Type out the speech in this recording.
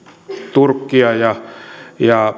turkista ja ja